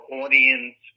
audience